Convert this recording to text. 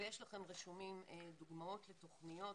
ורשומות דוגמאות לתוכניות,